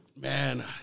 Man